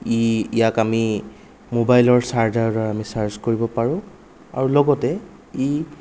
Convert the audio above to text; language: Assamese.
ই ইয়াক আমি মোবাইলৰ চাৰ্জাৰৰ দ্বাৰা আমি চাৰ্জ কৰিব পাৰোঁ আৰু লগতে ই